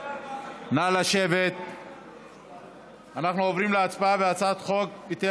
אנחנו עוברים להצבעה על הצעת חוק בתי